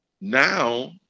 now